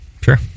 sure